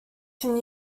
can